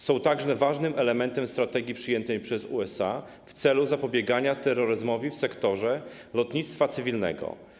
Są także ważnym elementem strategii przyjętej przez USA w celu zapobiegania terroryzmowi w sektorze lotnictwa cywilnego.